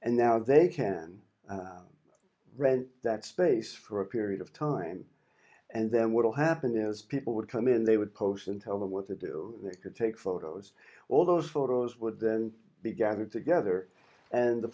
and now they can rent that space for a period of time and then what will happen is people would come in they would post and tell them what to do they could take photos all those photos would then be gathered together and the